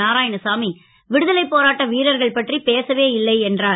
நாராயணசாமி விடுதலை போராட்ட வீரர்கள் பற்றி பேசவில்லை என்றார்